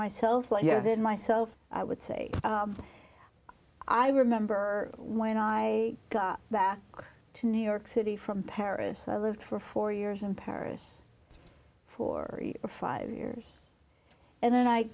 there's myself i would say i remember when i got back to new york city from paris i lived for four years in paris for five years and then i